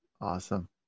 Awesome